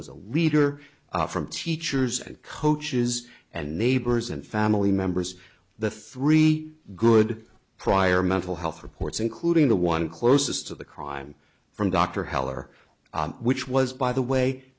was a leader from teachers and coaches and neighbors and family members the three good prior mental health reports including the one closest to the crime from dr heller which was by the way